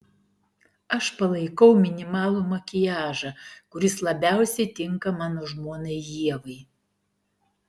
aš palaikau minimalų makiažą kuris labiausiai tinka mano žmonai ievai